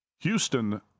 Houston